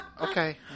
okay